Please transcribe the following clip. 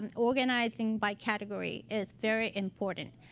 um organizing by category is very important.